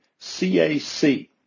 CAC